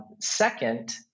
Second